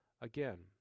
again